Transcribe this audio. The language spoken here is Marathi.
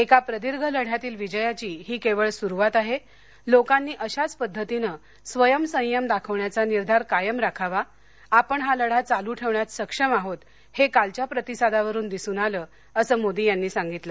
एका प्रदीर्घ लद्यातील विजयाघी ही केवळ सुरुवात आहे लोकांनी अशाच पद्धतीने स्वयं संयम दाखविण्याचा निर्धार कायम राखावा आपण हा लढा चालू ठेवण्यात सक्षम आहोत हे कालच्या प्रतिसादावरुन दिसून आले असं मोदी यांनी सांगितलं